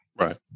Right